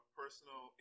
personal